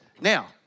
now